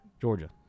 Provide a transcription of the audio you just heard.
Georgia